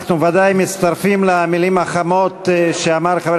אנחנו ודאי מצטרפים למילים החמות שאמר חבר